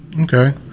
Okay